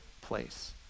place